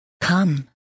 Come